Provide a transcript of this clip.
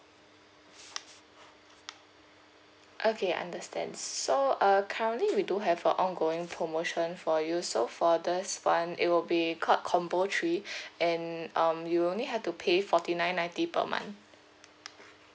okay I understand so uh currently we do have a ongoing promotion for you so for this one it will be called combo three and um you only have to pay forty nine ninety per month